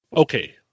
Okay